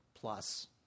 plus